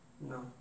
No